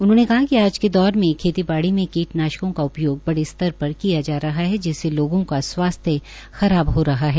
उन्होंने कहा कि आज के दौर में खेती बाड़ी में कीटनाशकों का उपयोग बडे स्तर पर किया जा रहा है जिससे लोगों का स्वास्थ्य खराब हो रहा है